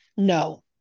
No